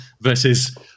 versus